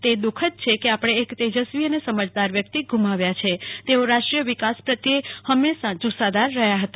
તે દુઃખદ છે કે આપણે એક તેજસ્વી અને સમજદાર વ્યક્તિ ગુમાવ્યા છે તેઓ રાષ્ટ્રીય વિકાસ પ્રત્યે ફંમેશા જુસ્સાદાર ફતા